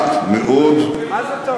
ממשיך, למה זה טוב?